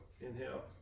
inhale